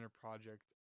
project